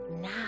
now